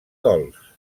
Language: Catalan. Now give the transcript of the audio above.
gols